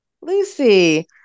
Lucy